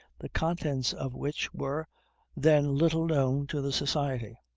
the contents of which were then little known to the society.